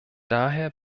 daher